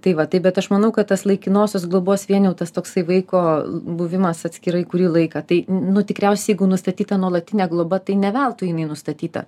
tai va taip bet aš manau kad tas laikinosios globos vien jau tas toksai vaiko buvimas atskirai kurį laiką tai nu tikriausiai jeigu nustatyta nuolatinė globa tai ne veltui jinai nustatyta